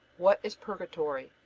what is purgatory?